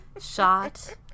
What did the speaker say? Shot